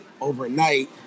overnight